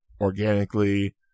organically